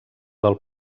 del